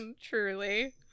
Truly